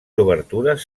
obertures